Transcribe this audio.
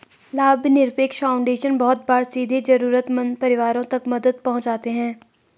लाभनिरपेक्ष फाउन्डेशन बहुत बार सीधे जरूरतमन्द परिवारों तक मदद पहुंचाते हैं